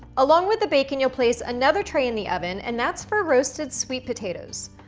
along with the bacon, you'll place another tray in the oven and that's for roasted sweet potatoes.